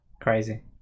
crazy